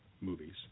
movies